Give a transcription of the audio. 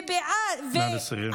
נא לסיים.